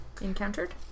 encountered